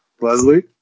Leslie